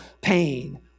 pain